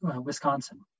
Wisconsin